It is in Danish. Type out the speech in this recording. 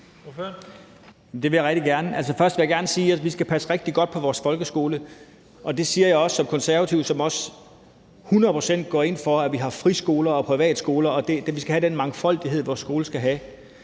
Det vil jeg rigtig gerne. Først vil jeg gerne sige, at vi skal passe rigtig godt på vores folkeskole. Det siger jeg også som en konservativ, der også går hundrede procent ind for, at vi har friskoler og privatskoler, og at vi skal have den mangfoldighed, som vores skole har.